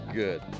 good